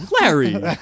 larry